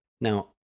Now